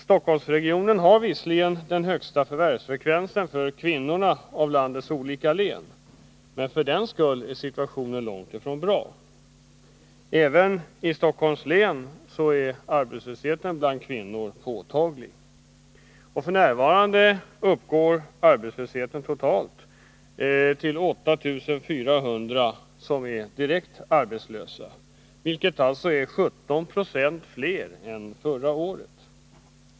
Stockholmsregionen har visserligen den högsta förvärvsfrekvensen för kvinnorna av landets olika län, men för den skull är situationen långt ifrån bra. Även i Stockholms län är arbetslösheten bland kvinnor påtaglig. F. n. är 8 400 direkt arbetslösa, vilket är 17 96 fler än förra året.